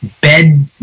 bed